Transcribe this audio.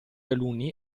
alunni